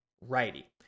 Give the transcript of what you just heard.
righty